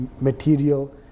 material